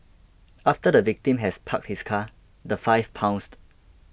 after the victim has parked his car the five pounced